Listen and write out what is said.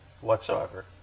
whatsoever